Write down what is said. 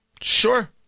Sure